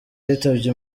yitabye